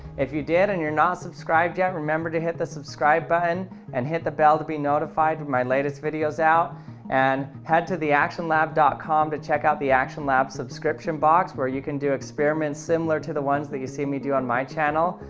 if you did and you're not subscribed yet remember to hit the subscribe button and hit the bell to be notified with my latest videos out and head to the action lab comm to check out the action lab subscription box where you can do experiments similar to the ones that you see me do on my channel.